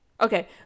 okay